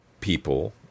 people